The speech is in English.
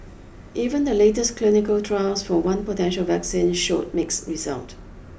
even the latest clinical trials for one potential vaccine showed mix result